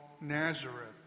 Nazareth